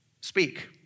speak